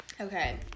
Okay